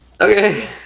Okay